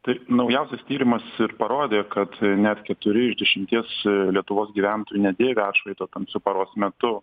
tai naujausias tyrimas ir parodė kad net keturi iš dešimties lietuvos gyventojų nedėvi atšvaito tamsiu paros metu